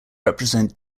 represent